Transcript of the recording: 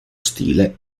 stile